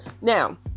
now